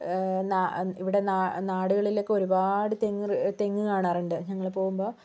ഇവിടെ നാ നാടുകളിൽ ഒക്കെ ഒരുപാട് തെ തെങ്ങ് കാണാറുണ്ട് ഞങ്ങള് പോകുമ്പോൾ